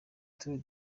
tours